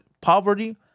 poverty